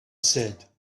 said